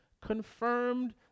confirmed